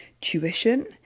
tuition